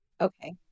Okay